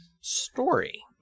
Story